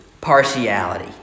partiality